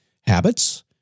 habits